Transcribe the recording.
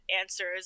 answers